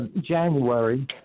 January